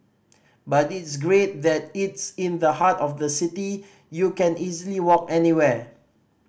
but it's great that it's in the heart of the city you can easily walk anywhere